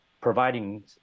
providing